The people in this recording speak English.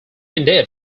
indeed